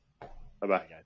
Bye-bye